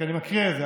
כי אני מקריא את זה,